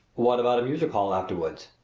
what about a music hall afterward?